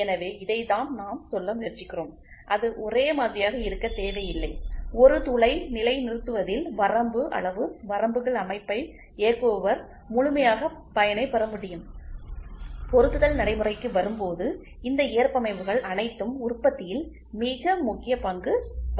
எனவே இதைத்தான் நாம் சொல்ல முயற்சிக்கிறோம் அது ஒரே மாதிரியாக இருக்க தேவையில்லை ஒரு துளை நிலைநிறுத்துவதில் வரம்பு அளவு வரம்புகள் அமைப்பை இயக்குபவர் முழுமையாகப் பயனை பெற முடியும் பொருத்துதல் நடைமுறைக்கு வரும்போது இந்த ஏற்பமைவுகள் அனைத்தும் உற்பத்தியில் மிக முக்கிய பங்கு வகிக்கின்றன